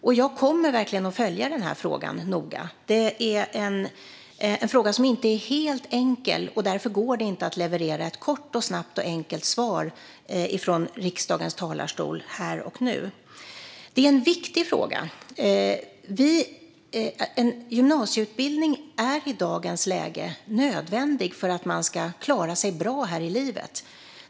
Jag kommer verkligen att följa den här frågan noga. Det är inte en helt enkel fråga, och därför går det inte att leverera ett kort, enkelt och snabbt svar från riksdagens talarstol här och nu. Detta är en viktig fråga. En gymnasieutbildning är i dagens läge nödvändig för att man ska klara sig bra här i livet.